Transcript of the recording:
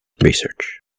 Research